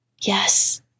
Yes